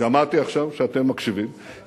שמעתי עכשיו שאתם מקשיבים,